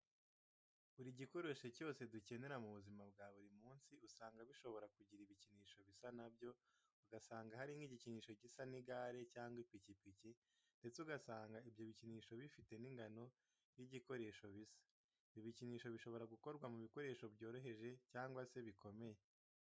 Buri gikoresho cyose dukenera mu buzima bwa buri munsi usanga bishobora kugira ibikinisho bisa na byo, ugasanga hari nk'igikinisho gisa n'igare cyangwa ipikipiki ndetse ugasanga ibyo bikinisho bifite n'ingano y'igikoresho bisa. Ibi bikinisho bishobora gukorwa mu bikoresho byoroheje cyangwa se bikomeye.